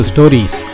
Stories